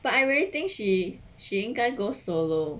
but I really think she she 应该 go solo